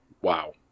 Wow